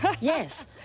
Yes